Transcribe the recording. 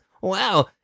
Wow